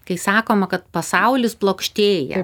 kai sakoma kad pasaulis plokštėja